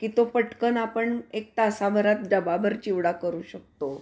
की तो पटकन आपण एक तासाभरात डबाबर चिवडा करू शकतो